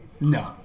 No